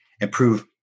improve